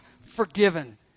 forgiven